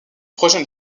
projet